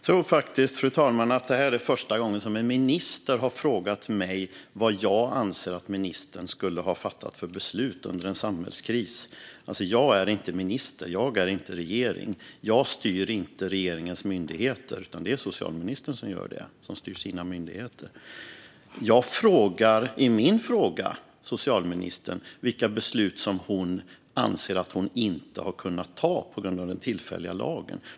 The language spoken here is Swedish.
Fru talman! Jag tror faktiskt att detta är första gången som en minister har frågat mig vad jag anser att ministern skulle ha fattat för beslut under en samhällskris. Jag är inte minister. Jag är inte regering. Jag styr inte regeringens myndigheter. Det är socialministern som gör det. Jag frågar i min interpellation socialministern vilka beslut som hon anser att hon inte har kunnat ta på grund av den tillfälliga lagen.